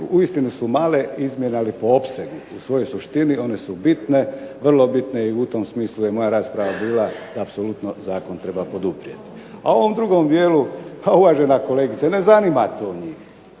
uistinu su male izmjene, ali po opsegu. U svojoj suštini one su bitne, vrlo bitne i u tom smislu je moja rasprava bila da apsolutno zakon treba poduprijeti. A u ovom drugom dijelu, uvažena kolegice, ne zanima to njih.